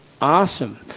Awesome